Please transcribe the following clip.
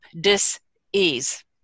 dis-ease